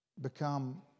become